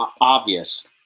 obvious